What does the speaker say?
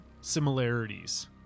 similarities